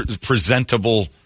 presentable